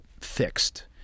fixed